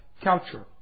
culture